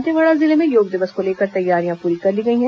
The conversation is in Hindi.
दंतेवाड़ा जिले में योग दिवस को लेकर तैयारियां पूरी कर ली गई हैं